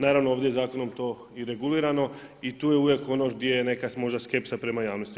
Naravno ovdje je zakonom to i regulirano i tu je uvijek ono gdje je možda neka skepsa prema javnosti.